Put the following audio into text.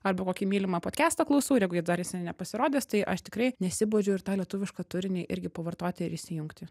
arba kokį mylimą podkestą klausau ir jeigu dar jisai nepasirodęs tai aš tikrai nesibodžiu ir tą lietuvišką turinį irgi pavartoti ir įsijungti